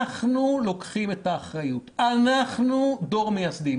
אנחנו לוקחים את האחריות, אנחנו דור מייסדים.